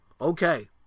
Okay